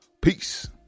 Peace